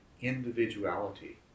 individuality